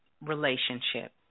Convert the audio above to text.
relationship